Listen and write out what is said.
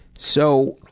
so